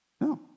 No